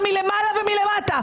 ומי למעלה ומי למטה.